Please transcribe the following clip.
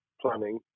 planning